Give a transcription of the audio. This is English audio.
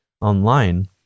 online